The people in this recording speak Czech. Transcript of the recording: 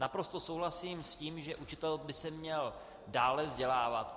Naprosto souhlasím s tím, že učitel by se měl dále vzdělávat.